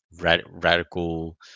radical